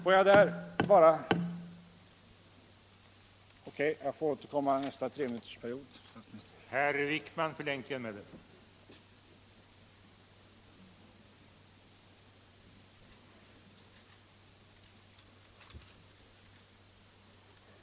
Om detta får jag återkomma i nästa treminutersreplik då min tid tydligen är ute.